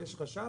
יש רשת,